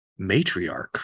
matriarch